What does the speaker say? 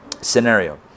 scenario